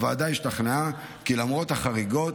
הוועדה השתכנעה כי למרות החריגות,